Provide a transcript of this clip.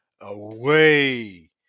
away